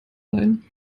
leihen